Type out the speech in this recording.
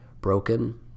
broken